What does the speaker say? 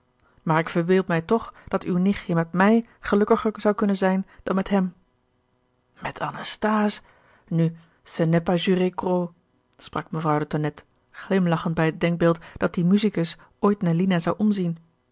maar ik verbeeld mij toch dat uw nichtje met mij gelukkiger zou kunnen zijn dan met hem met anasthase nu ce n'est pas jurer gros sprak mevrouw de tonnette glimlachend bij het denkbeeld dat die musicus ooit naar lina zou omzien